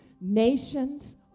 nations